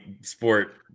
sport –